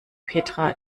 petra